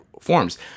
forms